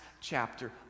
chapter